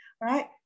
right